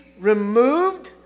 removed